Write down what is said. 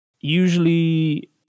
usually